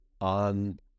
on